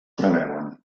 preveuen